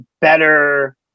better